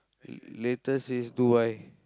latest is Dubai